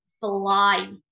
fly